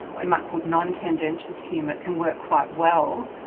we might call non-tendentious humour, can work quite well.